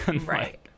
right